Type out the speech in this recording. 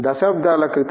దశాబ్దాల క్రితం